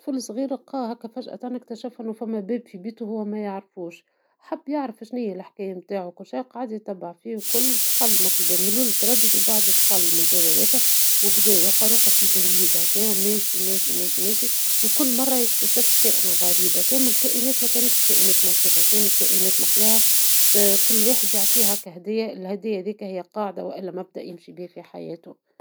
فما صغير لقى هاكا فجأة اكتشف أنه فما باب في بيتو هو ميعرفوش حب يعرف شنيا هي الحكاية نتاعو ، وكل شي قعد يتبع فيه والكل ، ودخل من الباب في لول تردد ومن بعد دخل من الباب هذاكا ، يلقى روحو في دهاليز هكا وماشي ماشي ماشي ، كل مرة يكتشف كائن غريب ، كامل الكائنات مكانتش كائنات مخيفة كانت كائنات محلاها ، كل واحد يعطيه هاكا هدية الهدية هذيكا هي القاعدة والا مبدأ يمشي بيه في حياتو.